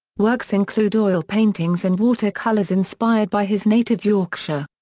works include oil paintings and watercolours inspired by his native yorkshire.